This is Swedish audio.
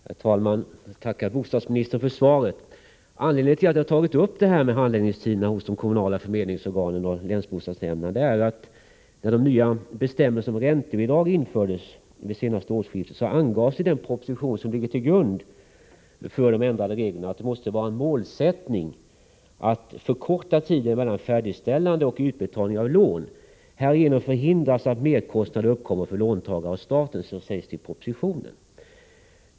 Herr talman! Jag tackar bostadsministern för svaret. Anledningen till att jag har tagit upp handläggningstiderna hos de kommunala förmedlingsorganen och länsbostadsnämnderna är att när de nya bestämmelserna om räntebidrag infördes vid senaste årsskiftet angavs i den proposition som ligger till grund för de ändrade reglerna att det måste vara en målsättning att förkorta tiden mellan färdigställandet och utbetalning av lån. Härigenom förhindras att merkostnader uppkommer för låntagare och staten, sägs det i propositionen.